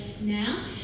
now